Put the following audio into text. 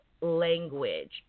language